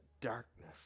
darkness